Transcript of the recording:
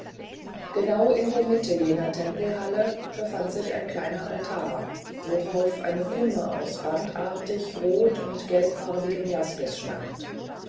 genau in der mitte dieser tempelhalle befand sich ein kleiner altar worauf eine kumme aus bandartig rot und gelbfarbigem jaspis stand